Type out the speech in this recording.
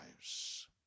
lives